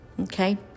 okay